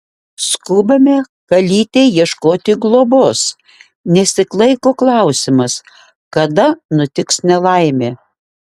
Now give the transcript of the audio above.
skubame kalytei ieškoti globos nes tik laiko klausimas kada nutiks nelaimė